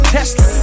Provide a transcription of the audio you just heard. Tesla